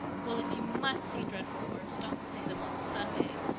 well, if you must say dreadful words don't say them on sunday,